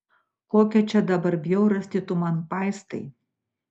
kokią čia dabar bjaurastį tu man paistai